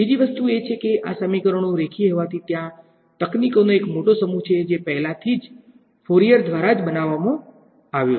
બીજી વસ્તુ એ છે કે આ સમીકરણો રેખીય હોવાથી ત્યાં તકનીકોનો એક મોટો સમૂહ છે જે પહેલાથી જ ફોરીયર દ્વારા જ બનાવવામાં આવ્યો છે